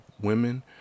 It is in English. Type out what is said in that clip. women